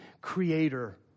creator